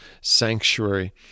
sanctuary